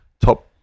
top